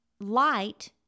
light